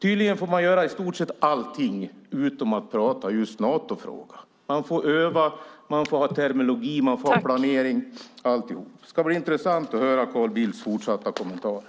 Tydligen får man göra i stort sett allt utom att diskutera Natofrågan. Man får öva, man får ha en särskild terminologi, man får planera, man får göra allt utom att diskutera just Natofrågan. Det ska bli intressant att höra Carl Bildts fortsatta kommentarer.